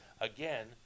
Again